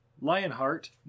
Lionheart